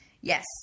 Yes